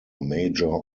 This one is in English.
major